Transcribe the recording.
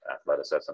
athleticism